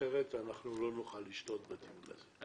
כי אחרת לא נוכל לשלוט בדיון הזה.